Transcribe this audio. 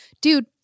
dude